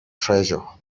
treasure